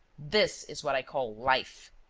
this is what i call life!